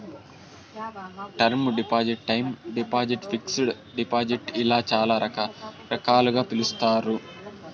term deposit time deposit fixed deposit ఇలా చాలా రకాలుగా పిలుస్తారు